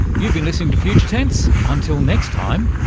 you've been listening to future tense, until next time,